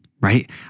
right